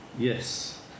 Yes